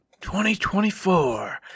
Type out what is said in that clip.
2024